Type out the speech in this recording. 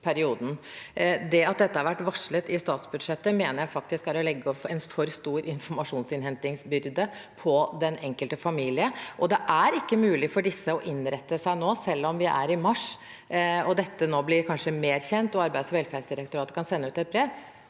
Det at dette har vært varslet i statsbudsjettet, mener jeg faktisk er å legge en for stor informasjonsinnhentingsbyrde på den enkelte familie. Det er ikke mulig for disse å innrette seg nå – selv om vi er i mars, dette nå kanskje blir mer kjent, og Arbeids- og velferdsdirektoratet kan sende ut et brev